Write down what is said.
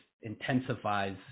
intensifies